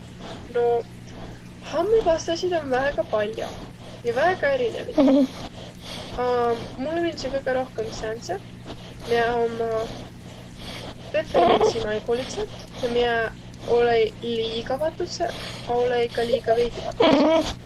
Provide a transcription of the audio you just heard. Noq hambapastasit om väega pall'o ja väega erinevit. A mullõ miildüseq kõgõ rohkõmb säändseq, miä ommaq vehvermendsimaigulidsõq ja miä olõ-i liiga vatudsõq, a olõ-i ka liiga veidüvatudsõq.